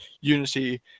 unity